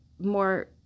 more